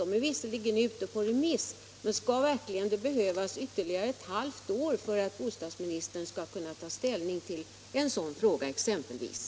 Det är visserligen ute på remiss, men skall det verkligen behövas ytterligare ett halvt år för att bostadsministern skall kunna ta ställning exempelvis till denna fråga?